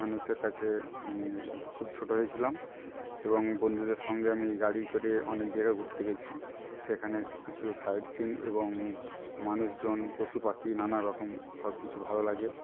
মানুষের কাছে খুব ছোট হয়েছিলাম এবং বন্ধুদের সঙ্গে আমি গাড়ি করে অনেক জায়গায় ঘুরতে গেছি সেখানের কিছু সাইট সিইং এবং মানুষজন পশুপাখি নানারকম সবকিছু ভালো লাগে